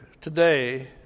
today